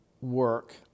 work